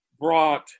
brought